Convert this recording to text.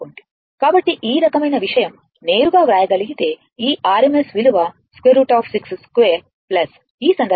కాబట్టి ఈ రకమైన విషయం నేరుగా వ్రాయగలిగితే ఈ RMS విలువ √ 62 ఈ సందర్భంలో ఏ విలువ వచ్చినా 5 √22